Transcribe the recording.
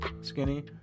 skinny